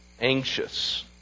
anxious